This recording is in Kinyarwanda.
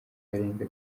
abarenga